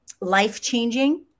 life-changing